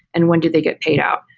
and when do they get paid out?